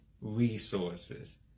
resources